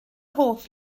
hoff